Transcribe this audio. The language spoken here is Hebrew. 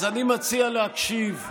אז אני מציע להקשיב,